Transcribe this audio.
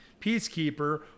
peacekeeper